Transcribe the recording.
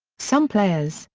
some players,